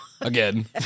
Again